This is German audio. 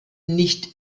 nicht